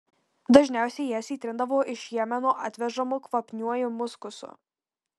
dažniausiai jas įtrindavo iš jemeno atvežamu kvapniuoju muskusu